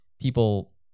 people